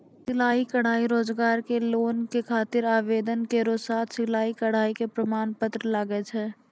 सिलाई कढ़ाई रोजगार के लोन के खातिर आवेदन केरो साथ सिलाई कढ़ाई के प्रमाण पत्र लागै छै?